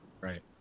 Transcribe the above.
Right